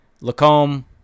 Lacombe